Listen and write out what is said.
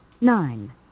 nine